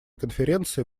конференции